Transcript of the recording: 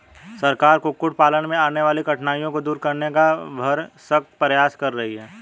सरकार कुक्कुट पालन में आने वाली कठिनाइयों को दूर करने का भरसक प्रयास कर रही है